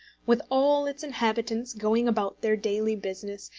with all its inhabitants going about their daily business,